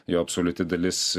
jo absoliuti dalis